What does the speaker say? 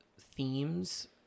themes